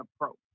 approach